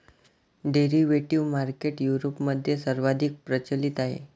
derivative market युरोपमध्ये सर्वाधिक प्रचलित आहे